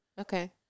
okay